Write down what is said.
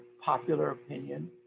popular opinion,